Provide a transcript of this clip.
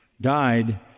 died